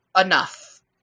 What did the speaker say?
enough